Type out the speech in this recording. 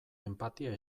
enpatia